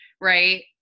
right